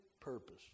purpose